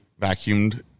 vacuumed